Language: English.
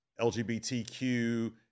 LGBTQ